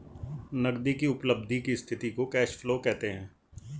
नगदी की उपलब्धि की स्थिति को कैश फ्लो कहते हैं